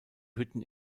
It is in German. hütten